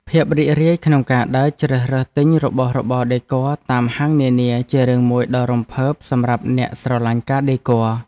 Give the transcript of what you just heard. ភាពរីករាយក្នុងការដើរជ្រើសរើសទិញរបស់របរដេគ័រតាមហាងនានាជារឿងមួយដ៏រំភើបសម្រាប់អ្នកស្រឡាញ់ការដេគ័រ។